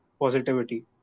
positivity